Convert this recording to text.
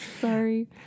Sorry